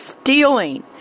stealing